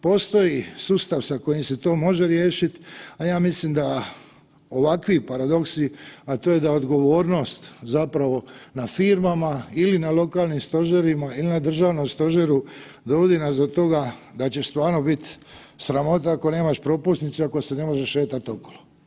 Postoji sustav sa kojim se to može riješiti, a ja mislim da ovakvi paradoksi, a to je da odgovornost zapravo na firmama ili na lokalnim stožerima ili na državnom stožeru dovodi nas do toga da će stvarno biti sramota ako nemaš propusnicu i ako se ne možeš šetati okolo.